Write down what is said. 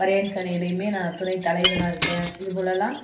வரையம்ஸ் அணியிலேயுமே நான் துணை தலைவராக இருக்கேன் இதுபோலலாம்